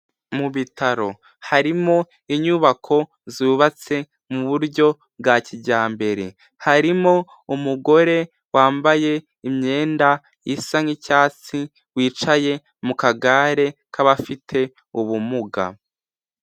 Mu bitaro harimo inyubako zubatse mu buryo bwa kijyambere, harimo umugore wambaye imyenda isa nk'icyatsi, wicaye mu kagare k'abafite ubumuga.